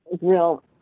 real